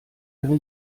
ihre